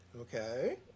Okay